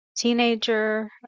teenager